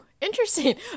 interesting